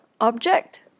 object